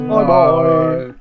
Bye-bye